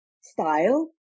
style